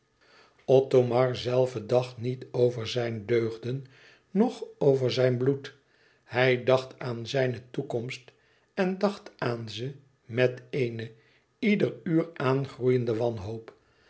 othomar zelve dacht niet over zijn deugden noch over zijn bloed hij dacht aan zijne toekomst en dacht aan ze met eene ieder uur aaangroeiende wanhoop